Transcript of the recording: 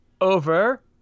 over